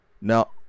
Now